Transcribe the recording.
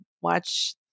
watch